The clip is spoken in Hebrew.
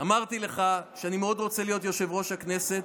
אמרתי לך שאני מאוד רוצה להיות יושב-ראש הכנסת,